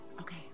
Okay